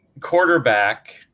quarterback